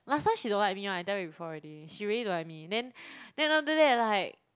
last time she don't like me [one] I tell you before already she really don't like me then then after that like